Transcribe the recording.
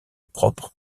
propre